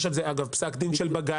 יש על זה פסק דין של בג"צ,